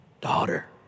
Daughter